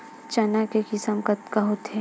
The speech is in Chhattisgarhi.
चना के किसम कतका होथे?